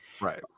Right